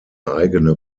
eigene